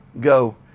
go